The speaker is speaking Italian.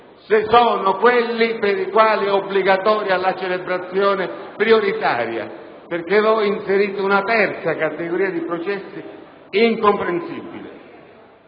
siano quelli per i quali è obbligatoria la celebrazione prioritaria. Voi, infatti, inserite una terza categoria di processi incomprensibile.